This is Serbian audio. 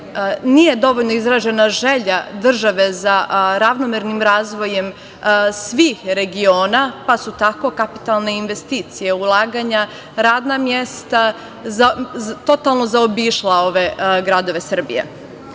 nije dovoljno izražena želja države za ravnomernim razvojem svih regiona, pa su tako kapitalne investicije, ulaganja, radna mesta totalno zaobišla ove gradove Srbije. Veoma